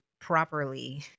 properly